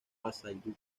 paysandú